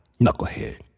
knucklehead